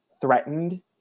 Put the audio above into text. threatened